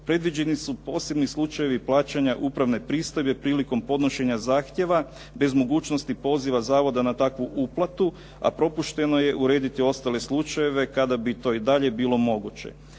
predviđeni su posebni slučajevi plaćanja upravne pristojbe prilikom podnošenja zahtjeva bez mogućnosti poziva Zavoda na takvu uplatu, a propušteno je urediti ostale slučajeve kada bi to i dalje bilo moguće.